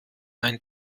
ein